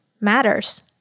matters